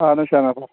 اَہَن حظ شےٚ نفر